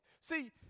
See